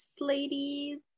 ladies